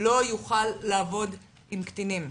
לא יוכל לעבוד עם קטינים.